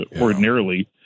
Ordinarily